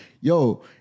Yo